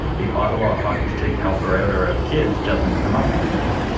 the ottawa hockey stick helper-outer of kids doesn't come up on google